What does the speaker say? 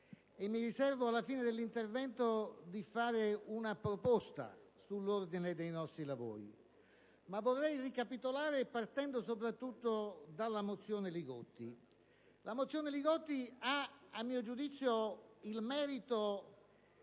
mi riservo, alla fine dell'intervento, di fare una proposta sull'ordine dei nostri lavori. Ma vorrei ricapitolare, partendo in particolare dalla mozione Li Gotti. Essa ha, a mio giudizio, il merito